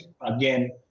again